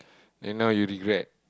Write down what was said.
and now you regret